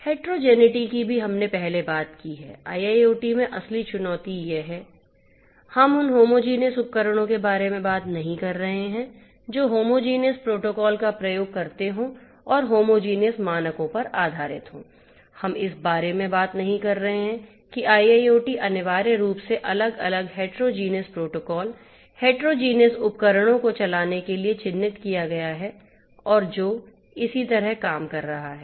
heterogeneity उपकरणों को चलाने के लिए चित्रित किया गया है और जो इसी तरह काम कर रहा है